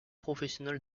professionnel